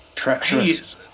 Treacherous